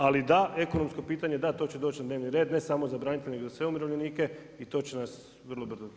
Ali da ekonomsko pitanje da to će doći na dnevni red ne samo za branitelje nego za sve umirovljenike i to će nas vrlo brzo snaći.